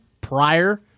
prior